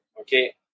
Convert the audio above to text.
okay